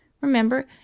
Remember